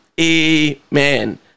Amen